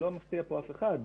אני לא מפתיע כאן אף אחד,